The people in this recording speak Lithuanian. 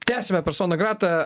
tęsiame personą grata